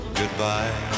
goodbye